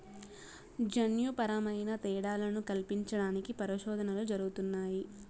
జన్యుపరమైన తేడాలను కల్పించడానికి పరిశోధనలు జరుగుతున్నాయి